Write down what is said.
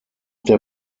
der